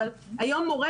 אבל היום מורה,